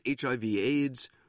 HIV-AIDS